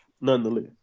nonetheless